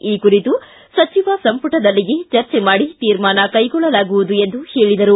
ಈ ಕುರಿತು ಸಚಿವ ಸಂಪುಟದಲ್ಲಿಯೇ ಚರ್ಚೆ ಮಾಡಿ ತೀರ್ಮಾನ ಕೈಗೊಳ್ಳಲಾಗುವುದು ಎಂದು ಹೇಳಿದರು